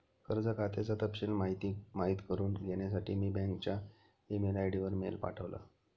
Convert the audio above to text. कर्ज खात्याचा तपशिल माहित करुन घेण्यासाठी मी बँकच्या ई मेल आय.डी वर मेल पाठवला